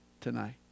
tonight